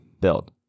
build